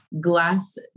glass